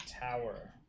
Tower